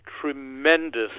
tremendous